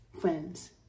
friends